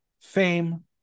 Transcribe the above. fame